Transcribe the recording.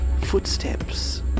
footsteps